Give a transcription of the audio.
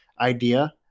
idea